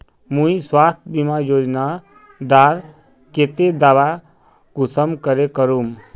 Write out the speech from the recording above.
मुई स्वास्थ्य बीमा योजना डार केते दावा कुंसम करे करूम?